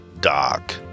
Doc